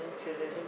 children